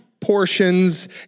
portions